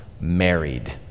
married